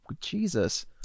Jesus